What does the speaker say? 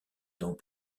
temps